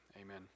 amen